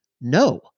no